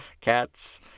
Cat's